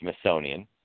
Smithsonian